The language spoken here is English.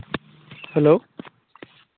hello